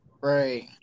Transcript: Right